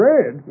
Red